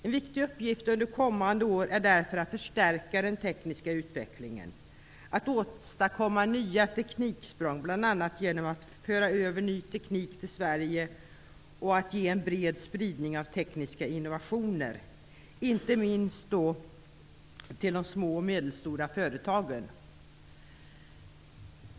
En viktig uppgift under kommande år är därför att förstärka den tekniska utvecklingen, att åstadkomma nya tekniksprång bl.a. genom att föra över ny teknik till Sverige och att åstadkomma en bred spridning av tekniska innovationer, inte minst till de små och medelstora företagen.